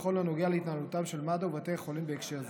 בכל הנוגע להתנהלותם של מד"א ובתי החולים בהקשר זה.